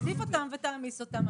תוסיף אותם ותעמיס אותם.